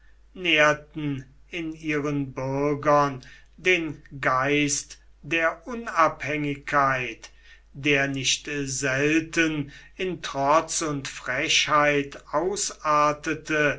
nährten in ihren bürgern den geist der unabhängigkeit der nicht selten in trotz und frechheit ausartete